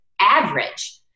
average